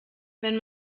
wenn